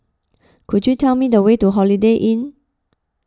could you tell me the way to Holiday Inn